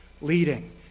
leading